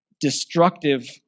destructive